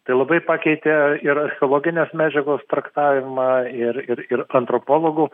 tai labai pakeitė ir archeologinės medžiagos traktavimą ir ir ir antropologų